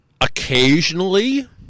occasionally